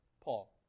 Paul